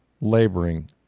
laboring